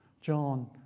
John